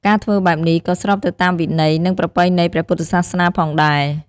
ការធ្វើបែបនេះ ក៏ស្របទៅតាមវិន័យ និងប្រពៃណីព្រះពុទ្ធសាសនាផងដែរ។